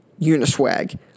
Uniswag